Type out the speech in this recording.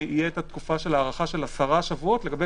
תהיה תקופת הארכה של עשרה שבועות לגבי